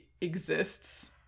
exists